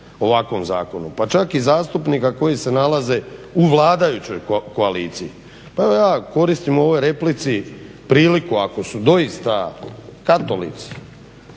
ovakvom zakonu, pa čak i zastupnika koji se nalaze u vladajućoj koaliciji. Pa evo ja koristim u ovoj replici priliku ako su doista katolici,